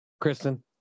Kristen